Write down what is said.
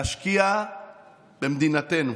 להשקיע במדינתנו,